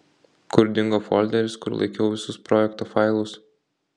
kur dingo folderis kur laikiau visus projekto failus